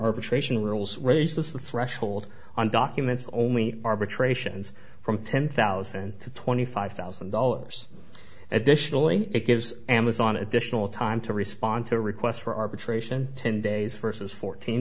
arbitration rules raises the threshold on documents only arbitrations from ten thousand to twenty five thousand dollars additionally it gives amazon additional time to respond to requests for arbitration ten days versus fourteen